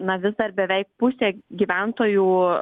na vis dar beveik pusė gyventojų